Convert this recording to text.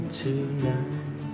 tonight